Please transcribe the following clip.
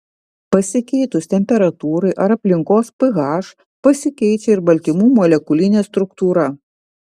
pasikeitus temperatūrai ar aplinkos ph pasikeičia ir baltymų molekulinė struktūra